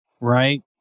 right